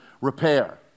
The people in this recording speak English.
repair